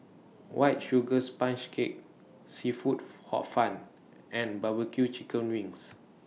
White Sugar Sponge Cake Seafood Hor Fun and Barbecue Chicken Wings